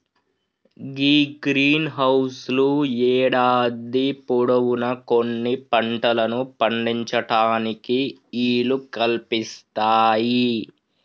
గీ green house లు యేడాది పొడవునా కొన్ని పంటలను పండించటానికి ఈలు కల్పిస్తాయి